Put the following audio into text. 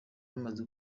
amaze